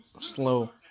slow